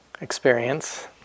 experience